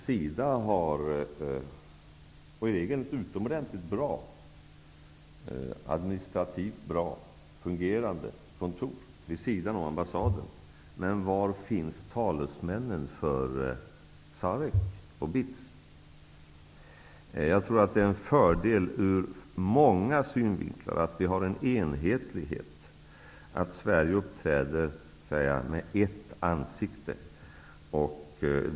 SIDA har ett eget utomordentligt bra fungerande administrativt kontor vid sidan av ambassaden. Men var finns talesmännen för SAREC och BITS? Jag tror att det är en fördel ur många synvinklar att vi har en enhetlighet här, att Sverige uppträder med ett ansikte.